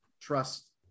trust